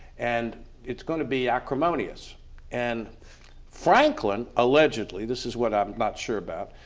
and it's going to be acrimonious and franklin, allegedly, this is what i'm not sure about,